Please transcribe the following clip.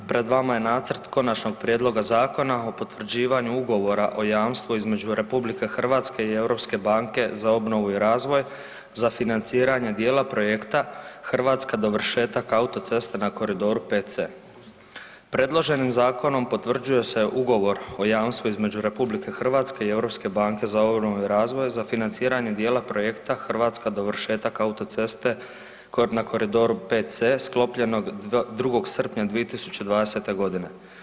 Pred vama je Nacrt konačnog prijedloga zakona o potvrđivanju Ugovora o jamstvu između Republike Hrvatske i Europske banke za obnovu i razvoj za financiranje dijela projekta Hrvatska dovršetak autoceste na koridoru 5C. Predloženim zakonom potvrđuje se Ugovor o jamstvu između Republike Hrvatske i Europske banke za obnovu i razvoj za financiranje dijela projekta Hrvatska dovršetak autoceste na koridoru 5C sklopljenog 2. srpnja 2020. godine.